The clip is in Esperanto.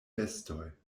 bestoj